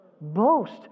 Boast